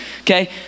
okay